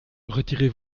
retirez